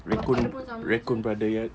raccoon raccoon brother